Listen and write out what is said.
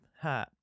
Ha